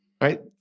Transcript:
Right